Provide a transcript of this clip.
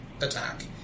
attack